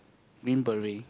mint beret